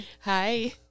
Hi